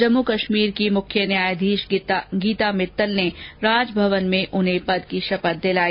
जम्मू कश्मीर की मुख्य न्यायाधीश गीता मित्तल ने राजभवन में उन्हें पद की शपथ दिलाई